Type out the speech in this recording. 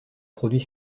produit